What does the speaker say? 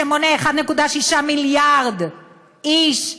שמונה 1.6 מיליארד איש,